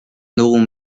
dugun